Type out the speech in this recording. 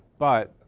but